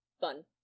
fun